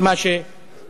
אתה